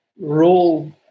role